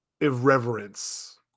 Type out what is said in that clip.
irreverence